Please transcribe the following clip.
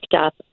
up